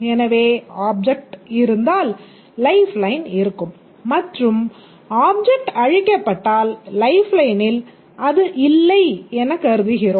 எனவே ஆப்ஜெக்ட் இருந்தால் லைஃப்லைன் இருக்கும் மற்றும் ஆப்ஜெக்ட் அழிக்கப்பட்டால் லைஃப்லைனில் அது இல்லை எனக்கருதுகிறோம்